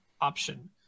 option